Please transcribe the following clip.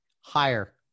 Higher